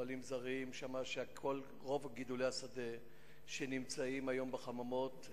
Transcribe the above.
רוב גידולי השדה שנמצאים היום בחממות,